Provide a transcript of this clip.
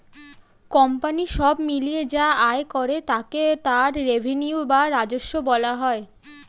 company সব মিলিয়ে যা আয় করে তাকে তার রেভিনিউ বা রাজস্ব বলা হয়